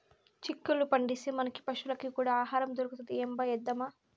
చిక్కుళ్ళు పండిస్తే, మనకీ పశులకీ కూడా ఆహారం దొరుకుతది ఏంబా ఏద్దామా